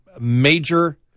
major